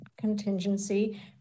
contingency